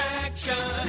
action